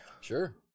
Sure